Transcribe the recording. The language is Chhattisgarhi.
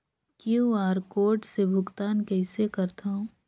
क्यू.आर कोड से भुगतान कइसे करथव?